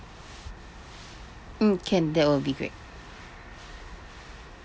mm can that will be great